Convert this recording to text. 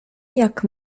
jak